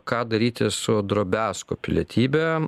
ką daryti su drobesko pilietybe